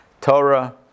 Torah